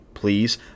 Please